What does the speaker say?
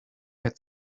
had